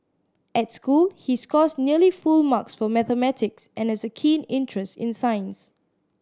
at school he scores nearly full marks for mathematics and has a keen interest in science